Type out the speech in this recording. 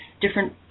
different